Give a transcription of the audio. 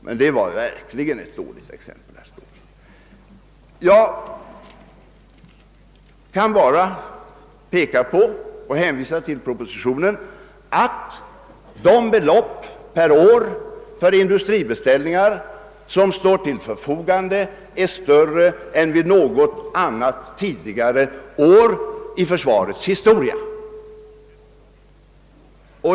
Men det var verkligen ett dåligt exempel. Jag kan bara hänvisa till propositionen och framhålla att de årliga belopp för industribeställningar som står till förfogande är större än under något tidigare år i försvarets historia.